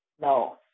No